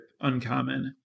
uncommon